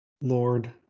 Lord